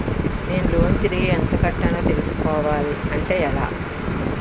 నేను లోన్ తిరిగి ఎంత కట్టానో తెలుసుకోవాలి అంటే ఎలా?